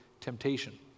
temptation